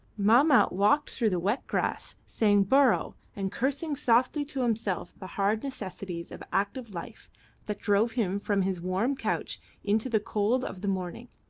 mahmat walked through the wet grass saying bourrouh, and cursing softly to himself the hard necessities of active life that drove him from his warm couch into the cold of the morning.